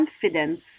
confidence